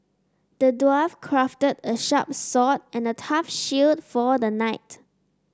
the dwarf crafted a sharp sword and a tough shield for the knight